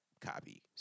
copy